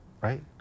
right